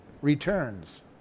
returns